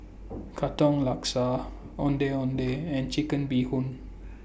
Katong Laksa Ondeh Ondeh and Chicken Bee Hoon